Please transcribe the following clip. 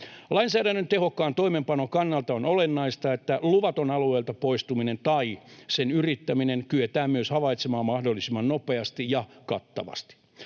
Lainsäädännön tehokkaan toimeenpanon kannalta on olennaista, että luvaton alueelta poistuminen tai sen yrittäminen kyetään myös havaitsemaan mahdollisimman nopeasti ja kattavasti.